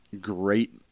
great